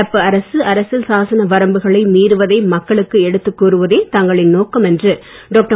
நடப்பு அரசு அரசியல் சாசன வரம்புகளை மீறுவதை மக்களுக்கு எடுத்துக் கூறுவதே தங்களின் நோக்கம் என்று டாக்டர்